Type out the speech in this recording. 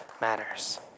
matters